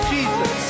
Jesus